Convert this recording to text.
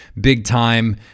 big-time